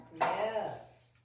Yes